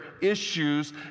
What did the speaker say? issues